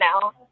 now